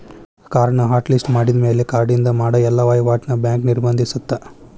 ಕಾರ್ಡ್ನ hot list ಮಾಡಿದ್ಮ್ಯಾಲೆ ಕಾರ್ಡಿನಿಂದ ಮಾಡ ಎಲ್ಲಾ ವಹಿವಾಟ್ನ ಬ್ಯಾಂಕ್ ನಿರ್ಬಂಧಿಸತ್ತ